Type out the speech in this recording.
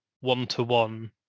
one-to-one